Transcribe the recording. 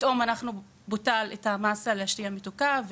פתאום בוטל גם המס על השתייה המתוקה.